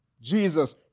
Jesus